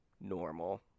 normal